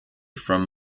from